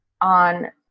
on